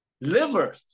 liver